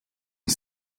une